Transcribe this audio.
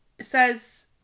says